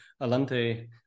Alante